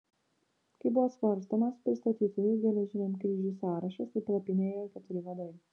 kai buvo svarstomas pristatytųjų geležiniam kryžiui sąrašas į palapinę įėjo keturi vadai